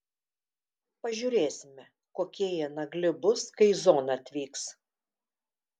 pažiūrėsime kokie jie nagli bus kai į zoną atvyks